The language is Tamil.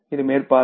இது மேற்பார்வை